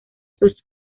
sus